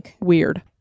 weird